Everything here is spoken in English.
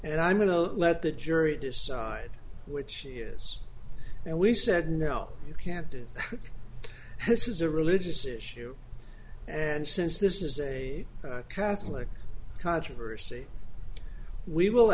and i'm going to let the jury decide which she is and we said no you can't do this is a religious issue and since this is a catholic controversy we will